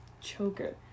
choker